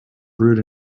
brewed